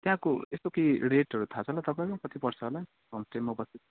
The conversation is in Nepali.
त्यहाँको यस्तो केही रेटहरू थाहा छ होला तपाईँलाई कति पर्छ होला होमस्टेमा बसेको